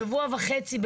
שבוע וחצי,